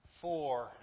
four